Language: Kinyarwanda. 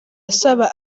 asaba